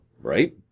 right